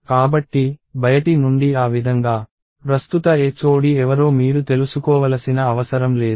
కాబట్టి బయటి నుండి ఆ విధంగా ప్రస్తుత HOD ఎవరో మీరు తెలుసుకోవలసిన అవసరం లేదు